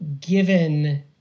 given